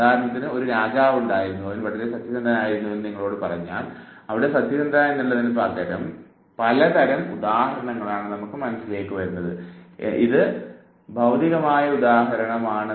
ഉദാഹരണത്തിന് ഒരു രാജാവുണ്ടായിരുന്നു അവൻ വളരെ സത്യസന്ധനായിരുന്നു എന്ന് നിങ്ങളോട് പറഞ്ഞാൽ അവിടെ സത്യസന്ധത എന്നുള്ളതിന് പലതരം ഉദാഹരണങ്ങൾ ഉണ്ടാകുന്നു